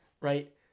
right